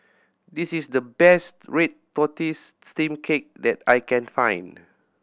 this is the best red tortoise steamed cake that I can find